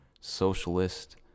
socialist